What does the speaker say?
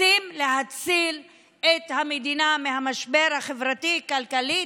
רוצים להציל את המדינה מהמשבר החברתי-כלכלי?